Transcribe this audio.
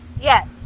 Yes